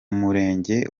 murenge